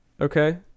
Okay